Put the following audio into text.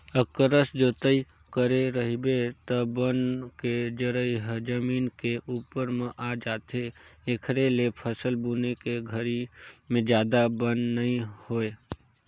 अकरस जोतई करे रहिबे त बन के जरई ह जमीन के उप्पर म आ जाथे, एखरे ले फसल बुने के घरी में जादा बन नइ होय